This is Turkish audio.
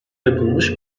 yapılmış